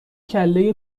کلهی